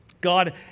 God